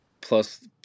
plus